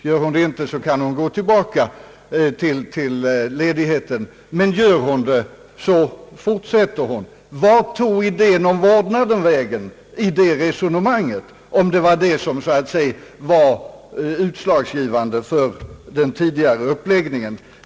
Gör hon det inte, får hon gå tillbaka till hemarbetet, annars kan hon fortsätta i yrket. Men vart tog idén om vårdnaden vägen, om nu den var så att säga utslagsgivande för den tidigare uppläggningen?